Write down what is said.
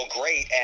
great